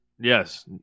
Yes